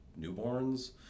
newborns